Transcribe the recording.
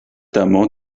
temo